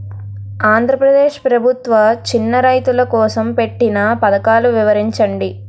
ఆంధ్రప్రదేశ్ ప్రభుత్వ చిన్నా రైతుల కోసం పెట్టిన పథకాలు వివరించండి?